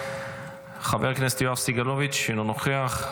חבר הכנסת יואב סגלוביץ' אינו נוכח,